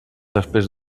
després